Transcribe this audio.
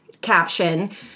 caption